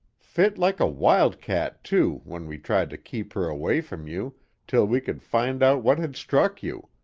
fit like a wildcat, too, when we tried to keep her away from you till we could find out what had struck you.